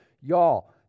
y'all